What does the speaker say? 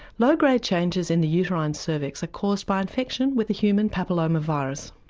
low grade changes in the uterine cervix are caused by infection with the human papilloma virus.